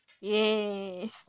Yes